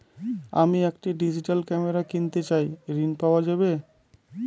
আমি একটি digital camera কিনতে চাই ঝণ পাওয়া যাবে?